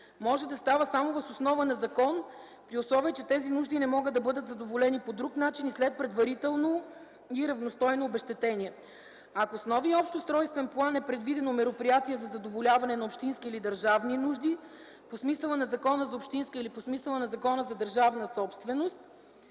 може да става само въз основа на закон, при условие че тези нужди не могат да бъдат задоволени по друг начин и след предварително и равностойно обезщетение”. Ако с новия общ устройствен план е предвидено мероприятия за задоволяване на общински или държавни нужди по смисъла на Закона за общинска или по смисъла на Закона за държавна собственост,